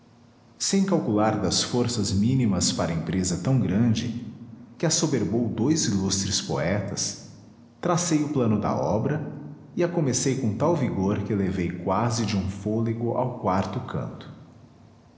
sem calcular das forças mínimas para empresa tão grande que assoberbou dois ilustres poetas tracei o plano da obra e a comecei com tal vigor que levei quase de um fôlego ao quarto canto